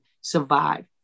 survive